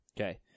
Okay